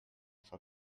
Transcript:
for